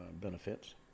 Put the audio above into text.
benefits